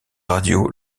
radio